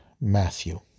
Matthew